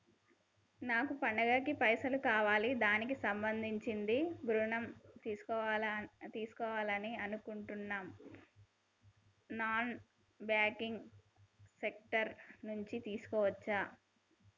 నాకు పండగ కి పైసలు కావాలి దానికి సంబంధించి ఋణం తీసుకోవాలని అనుకుంటున్నం నాన్ బ్యాంకింగ్ సెక్టార్ నుంచి తీసుకోవచ్చా?